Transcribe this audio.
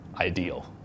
ideal